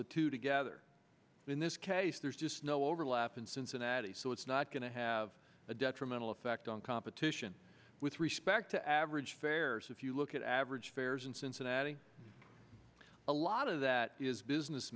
the two together in this case there's just no overlap in cincinnati so it's not going to have a detrimental effect on competition with respect to average fares if you look at average fares in cincinnati a lot of that is business